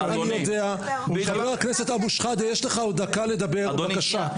חבר הכנסת אבו שחאדה, יש לך עוד דקה לדבר, בבקשה.